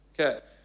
Okay